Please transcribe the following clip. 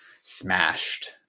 smashed